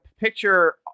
picture